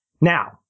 Now